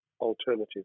alternative